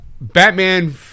Batman